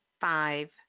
five